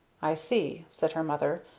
i see, said her mother.